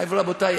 מורי ורבותי,